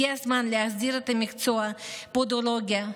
הגיע הזמן להסדיר את מקצוע הפודולוגיה,